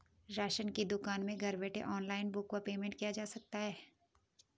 Ration की दुकान में घर बैठे ऑनलाइन बुक व पेमेंट किया जा सकता है?